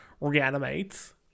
reanimates